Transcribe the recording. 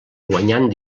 guanyant